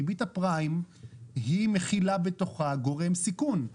ריבית הפריים היא מכילה בתוכה גורם סיכון,